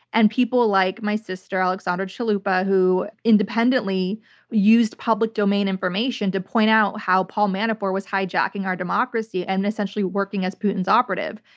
and people like my sister, alexandra chalupa, who independently used public domain information to point out how paul manafort was hijacking our democracy and essentially working as putin's operative.